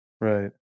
Right